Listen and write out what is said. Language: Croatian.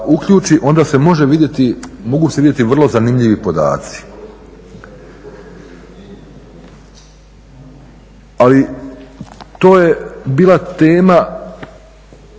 onda se može vidjeti, mogu se vidjeti vrlo zanimljivi podaci. Ali to je bila tema